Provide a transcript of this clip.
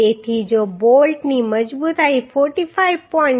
તેથી જો બોલ્ટની મજબૂતાઈ 45